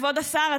כבוד השר,